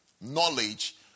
knowledge